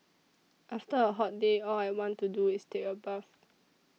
after a hot day all I want to do is take a bath